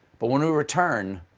but when we return,